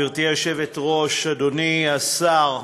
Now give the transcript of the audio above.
גברתי היושבת-ראש, אדוני השר,